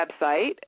website